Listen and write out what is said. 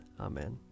Amen